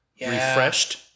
Refreshed